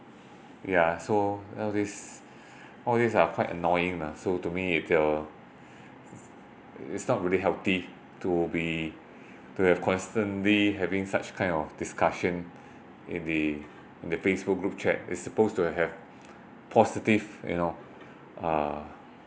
ya so nowadays nowadays uh quite annoying lah so to me if you're it's not really healthy to be to have constantly having such kind of discussion in the in the facebook group chat it's supposed to have positive you know uh